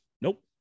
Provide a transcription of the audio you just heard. Nope